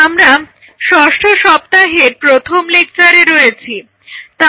আমরা ষষ্ঠ সপ্তাহের প্রথম লেকচারে রয়েছি